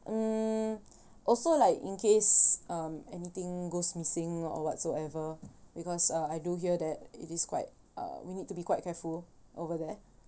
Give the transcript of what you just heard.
um also like in case um anything goes missing or whatsoever because uh I do hear that it is quite uh we need to be quite careful over there